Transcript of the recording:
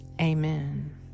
Amen